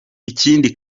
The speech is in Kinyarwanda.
ikindi